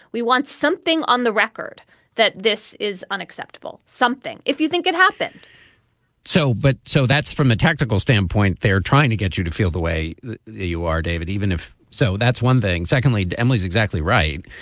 we want something on the record that this is unacceptable, something if you think it happened so but so that's from a tactical standpoint, they're trying to get you to feel the way you are. david, even if so, that's one thing. secondly, emily's exactly right.